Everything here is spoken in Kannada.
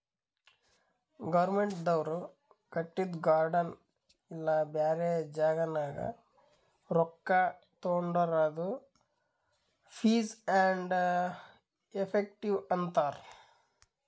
ಗೌರ್ಮೆಂಟ್ದವ್ರು ಕಟ್ಟಿದು ಗಾರ್ಡನ್ ಇಲ್ಲಾ ಬ್ಯಾರೆ ಜಾಗನಾಗ್ ರೊಕ್ಕಾ ತೊಂಡುರ್ ಅದು ಫೀಸ್ ಆ್ಯಂಡ್ ಎಫೆಕ್ಟಿವ್ ಅಂತಾರ್